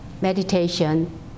meditation